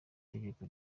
tegeko